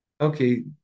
okay